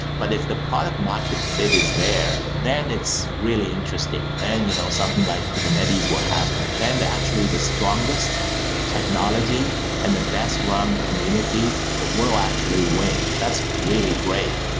but if the product market fit is there, then it's really interesting, and you know something like kubernetes will happen. then actually the strongest technology and the best rung community will actually win. that's really great.